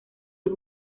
los